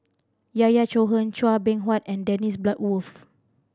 Yahya Cohen Chua Beng Huat and Dennis Bloodworth